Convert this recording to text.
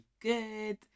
good